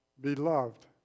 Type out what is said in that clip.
Beloved